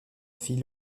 fille